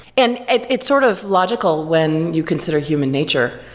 and it's it's sort of logical when you consider human nature,